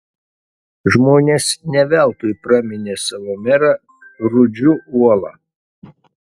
žmonės ne veltui praminė savo merą rudžiu uola